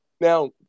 now